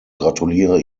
gratuliere